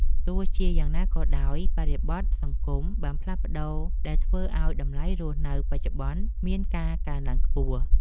ទោះជាយ៉ាងណាក៏ដោយ បរិបទសង្គមបានផ្លាស់ប្ដូរដែលធ្វើឱ្យតម្លៃរស់នៅបច្ចុប្បន្នមានការកើនឡើងខ្ពស់។